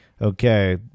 okay